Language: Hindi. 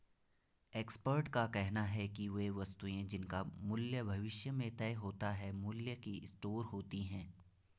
एक्सपर्ट का कहना है कि वे वस्तुएं जिनका मूल्य भविष्य में तय होता है मूल्य की स्टोर होती हैं